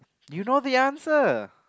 do you know the answer